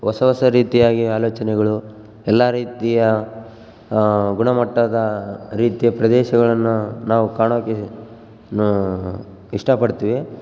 ಹೊಸ ಹೊಸ ರೀತಿಯಾಗಿ ಆಲೋಚನೆಗಳು ಎಲ್ಲ ರೀತಿಯ ಗುಣಮಟ್ಟದ ರೀತಿಯ ಪ್ರದೇಶಗಳನ್ನು ನಾವು ಕಾಣೋಕೆ ನೂ ಇಷ್ಟಪಡ್ತೀವಿ